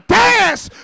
dance